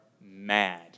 mad